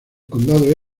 condado